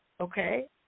Okay